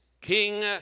king